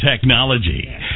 technology